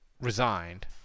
resigned